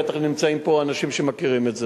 בטח נמצאים פה אנשים שמכירים את זה.